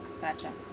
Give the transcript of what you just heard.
gotcha